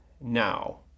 now